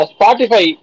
Spotify